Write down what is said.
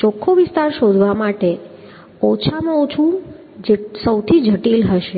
ચોખ્ખો વિસ્તાર શોધવા માટે ઓછામાં ઓછું સૌથી જટિલ હશે